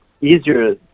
easier